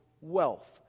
wealth